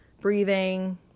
Breathing